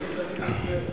טוב שיש תמיד הסבר,